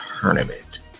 tournament